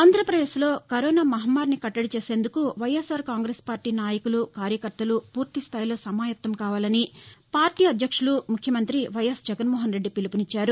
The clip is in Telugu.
ఆంధ్రప్రదేశ్లో కరోనా మహమ్మారిని కట్టడి చేసేందుకు వైఎస్సార్ కాంగ్రెస్ పార్టీ నాయకులు కార్యకర్తలు పూర్తి స్థాయిలో సమాయత్తం కావాలని పార్టీ అధ్యక్షుడు ముఖ్యమంత్రి వైఎస్ జగన్మోహన్రెడ్డి పిలుపునిచ్చారు